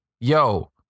yo